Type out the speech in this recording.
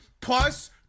Plus